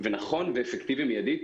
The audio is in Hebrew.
ונכון ואפקטיבי מידית,